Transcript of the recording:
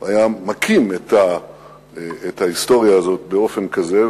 והיה מקים את ההיסטוריה הזאת באופן כזה.